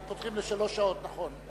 פותחים לשלוש שעות, נכון.